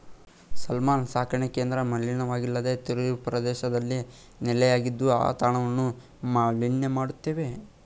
salmon ಸಾಕಣೆ ಕೇಂದ್ರ ಮಲಿನವಾಗಿಲ್ಲದ ತೀರಪ್ರದೇಶದಲ್ಲಿ ನೆಲೆಯಾಗಿದ್ದು ಆ ತಾಣವನ್ನು ಮಾಲಿನ್ಯ ಮಾಡ್ತವೆ